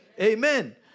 amen